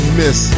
miss